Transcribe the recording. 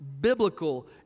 biblical